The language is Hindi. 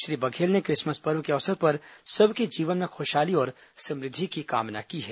श्री बघेल ने क्रिसमस पर्व के अवसर पर सबके जीवन में खुशहाली और समृद्धि की कामना की है